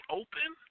open